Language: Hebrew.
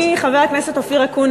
אדוני השר,